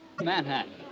Manhattan